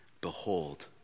behold